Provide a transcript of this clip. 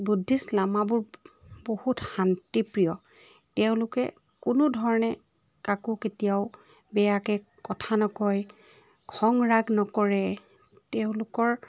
Buddhist লামাবোৰ বহুত শান্তিপ্ৰিয় তেওঁলোকে কোনোধৰণে কাকো কেতিয়াও বেয়াকৈ কথা নকয় খং ৰাগ নকৰে তেওঁলোকৰ